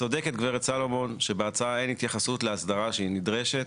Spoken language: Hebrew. צודקת גברת סלומון שבהצעה אין התייחסות להסדרה שהיא נדרשת,